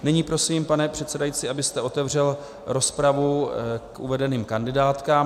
Nyní prosím, pane předsedající, abyste otevřel rozpravu k uvedeným kandidátkám.